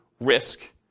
risk